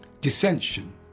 Dissension